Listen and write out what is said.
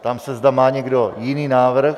Ptám se, zda má někdo jiný návrh.